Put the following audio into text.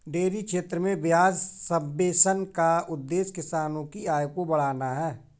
dairy क्षेत्र में ब्याज सब्वेंशन का उद्देश्य किसानों की आय को बढ़ाना है